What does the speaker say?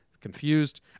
confused